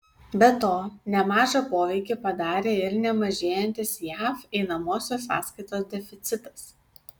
be to nemažą poveikį padarė ir nemažėjantis jav einamosios sąskaitos deficitas